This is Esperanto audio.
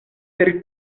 per